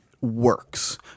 works